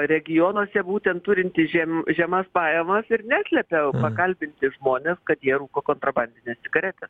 regionuose būtent turintys žem žemas pajamas ir neslepia pakalbinti žmones kad jie rūko kontrabandines cigaretes